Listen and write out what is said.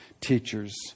teachers